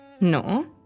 No